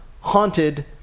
haunted